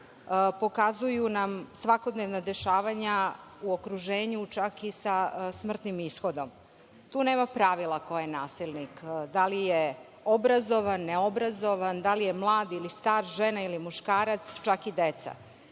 pokazuju nam svakodnevna dešavanja u okruženju, čak i sa smrtnim ishodom. Tu nema pravila ko je nasilnik, da li je obrazovan, neobrazovan, da li je mlad ili star, žena ili muškarac, čak i deca.